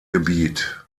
gebiet